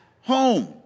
home